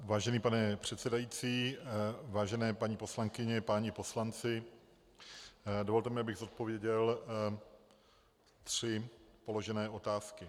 Vážený pane předsedající, vážené paní poslankyně, páni poslanci, dovolte, abych zodpověděl tři položené otázky.